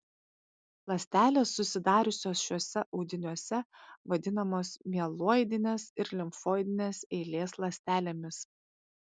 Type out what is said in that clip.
ląstelės susidariusios šiuose audiniuose vadinamos mieloidinės ir limfoidinės eilės ląstelėmis